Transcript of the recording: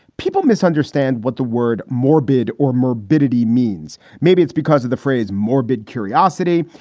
people misunderstand what the word morbid or morbidity means. maybe it's because of the phrase morbid curiosity.